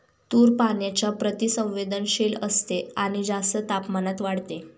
तूर पाण्याच्या प्रति संवेदनशील असते आणि जास्त तापमानात वाढते